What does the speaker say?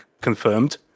confirmed